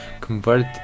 convert